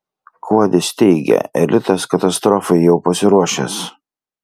kuodis teigia elitas katastrofai jau pasiruošęs